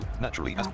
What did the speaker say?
naturally